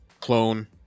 clone